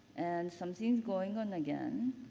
and something going on again.